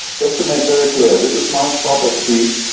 just to make very clear this is my spot at the beach,